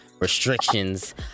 restrictions